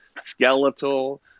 skeletal